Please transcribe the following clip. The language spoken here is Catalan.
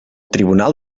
tribunal